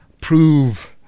prove